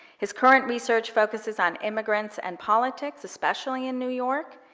his current research focuses on immigrants and politics, especially in new york,